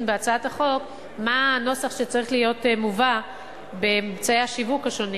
בהצעת החוק מה הנוסח שצריך להיות מובא באמצעי השיווק השונים,